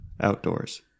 Outdoors